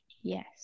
yes